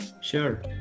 Sure